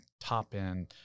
top-end